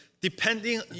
depending